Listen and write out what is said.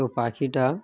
তো পাখিটা